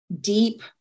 deep